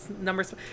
numbers